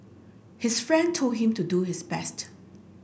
his friend told him to do his best